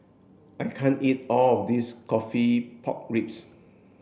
I can't eat all of this coffee pork ribs